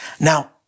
Now